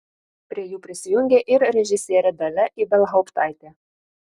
prie jų prisijungė ir režisierė dalia ibelhauptaitė